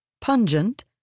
pungent